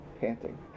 panting